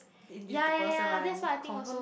in this person one confirm